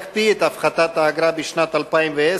מוצע להקפיא את הפחתת האגרה בשנת 2010,